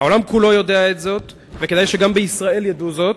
העולם כולו יודע זאת וכדאי שגם בישראל ידעו זאת.